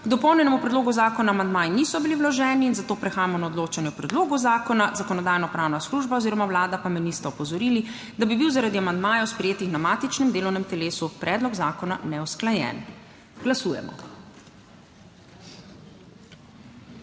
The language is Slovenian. dopolnjenemu predlogu zakona amandmaji niso bili vloženi, zato prehajamo na odločanje o predlogu zakona. Zakonodajno-pravna služba oziroma Vlada pa me nista opozorili, da bi bil zaradi amandmajev, sprejetih na matičnem delovnem telesu, predlog zakona neusklajen. Glasujemo.